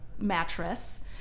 mattress